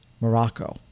Morocco